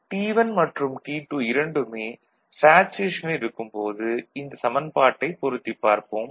T1 மற்றும் T2 இரண்டுமே சேச்சுரேஷனில் இருக்கும் போது இந்த சமன்பாட்டை பொருத்திப் பார்ப்போம்